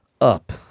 up